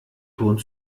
ton